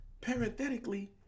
parenthetically